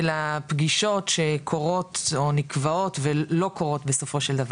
הפגישות שקורות או נקבעות ולא קורות בסופו של דבר.